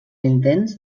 intents